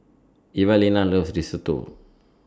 Evalena loves Risotto